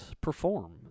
perform